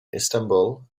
istanbul